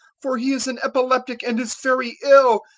for he is an epileptic and is very ill.